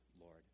Lord